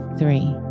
three